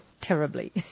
terribly